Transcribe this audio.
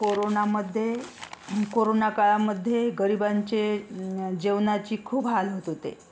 कोरोनामध्ये कोरोनाकाळामध्ये गरीबांचे जेवणाची खूप हाल होत होते